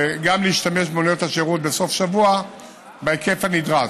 להשתמש במוניות השירות בסוף השבוע בהיקף הנדרש.